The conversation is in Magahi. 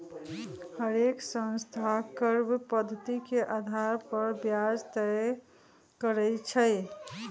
हरेक संस्था कर्व पधति के अधार पर ब्याज तए करई छई